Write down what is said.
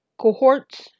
cohorts